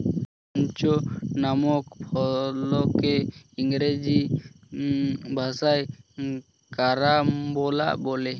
ক্রাঞ্চ নামক ফলকে ইংরেজি ভাষায় কারাম্বলা বলে